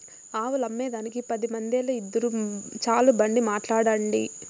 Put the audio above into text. ఆవులమ్మేదానికి పది మందేల, ఇద్దురు చాలు బండి మాట్లాడండి